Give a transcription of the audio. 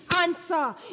answer